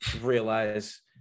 realize